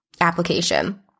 application